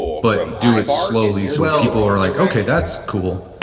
but do it slowly so people are, like, okay, that's cool.